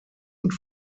und